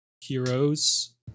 heroes